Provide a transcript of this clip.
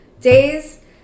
days